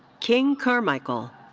king carmichael.